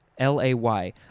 L-A-Y